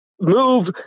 move